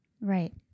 Right